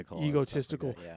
egotistical